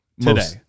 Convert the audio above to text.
today